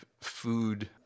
food